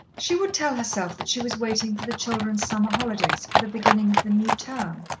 she would tell herself that she was waiting for the children's summer holidays for the beginning of the new term,